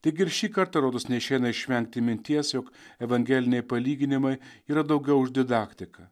taigi ir šį kartą rodos neišeina išvengti minties jog evangeliniai palyginimai yra daugiau už didaktiką